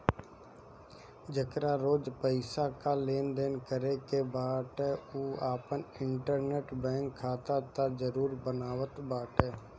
जेकरा रोज पईसा कअ लेनदेन करे के बाटे उ आपन इंटरनेट बैंकिंग खाता तअ जरुर बनावत बाटे